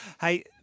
Hey